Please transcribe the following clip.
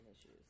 issues